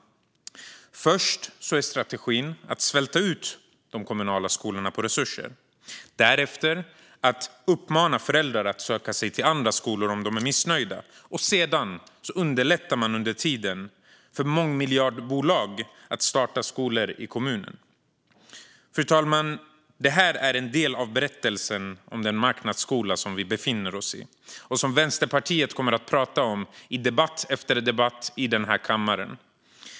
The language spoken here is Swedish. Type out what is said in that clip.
Först är strategin att svälta ut de kommunala skolorna på resurser. Därefter uppmanar man föräldrar att söka sig till andra skolor om de är missnöjda. Under tiden underlättar man för mångmiljardbolag att starta skolor i kommunen. Fru talman! Detta är en del av berättelsen om den marknadsskola som vi befinner oss i, och detta kommer Vänsterpartiet att tala om i debatt efter debatt i den här kammaren.